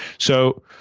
so